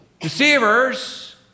deceivers